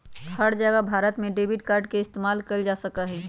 हर जगह भारत में debit card के इस्तेमाल कइल जा सका हई